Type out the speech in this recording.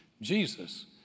Jesus